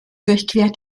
durchquert